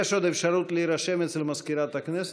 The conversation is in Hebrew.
יש עוד אפשרות להירשם אצל מזכירת הכנסת,